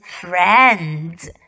friends